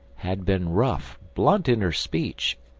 had been rough, blunt in her speech,